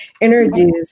introduce